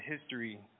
history